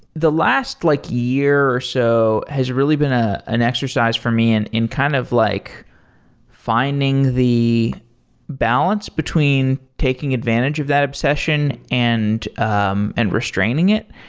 the last like year or so has really been ah an exercise for me in in kind of like finding the balance between taking advantage of that obsession and um and restraining it.